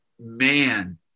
Man